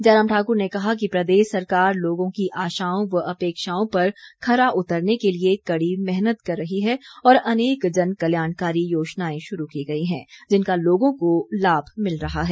जयराम ठाकुर ने कहा कि प्रदेश सरकार लोगों की आशाओं व अपेक्षाओं पर खरा उतरने के लिए कड़ी मेहनत कर रही है और अनेक जन कल्याणकारी योजनाएं शुरू की गई हैं जिनका लोगों को लाभ मिल रहा है